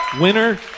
Winner